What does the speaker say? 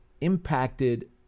impacted